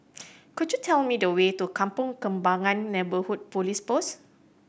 could you tell me the way to Kampong Kembangan Neighbourhood Police Post